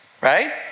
right